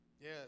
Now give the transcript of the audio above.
Yes